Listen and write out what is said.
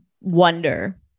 wonder